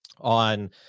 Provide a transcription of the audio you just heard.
on